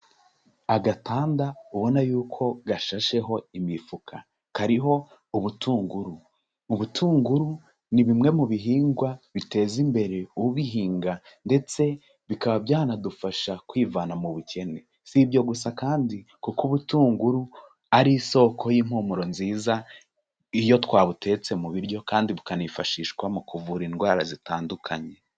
Agatanda ubona yuko gashasheho imifuka, kariho ubutunguru. Ubutunguru ni bimwe mu bihingwa biteza imbere ubihinga ndetse bikaba byanadufasha kwivana mu bukene, si ibyo gusa kandi kuko ubutunguru ari isoko y'impumuro nziza iyo twabutetse mu biryo kandi bukanifashishwa mu kuvura indwara zitandukanye.